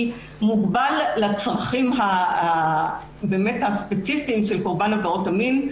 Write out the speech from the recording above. מוגבל לצרכים הספציפיים של קורבן עבירות המין.